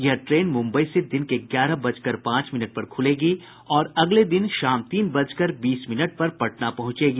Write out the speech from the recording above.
यह ट्रेन मुम्बई से दिन के ग्यारह बजकर पांच मिनट पर खुलेगी और अगले दिन शाम तीन बजकर बीस मिनट पर पटना पहुंचेगी